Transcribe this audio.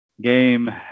game